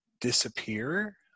disappear